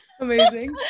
amazing